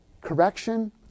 Correction